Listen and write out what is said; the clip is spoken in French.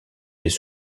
les